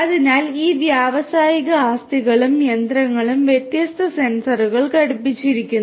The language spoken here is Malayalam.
അതിനാൽ ഈ വ്യാവസായിക ആസ്തികളും യന്ത്രങ്ങളും വ്യത്യസ്ത സെൻസറുകൾ ഘടിപ്പിച്ചിരിക്കുന്നു